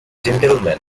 gentlemen